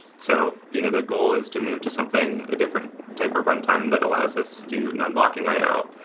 so you know the goal is to move to something, a different type of runtime that allows us to do non-blocking i o,